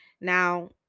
Now